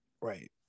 Right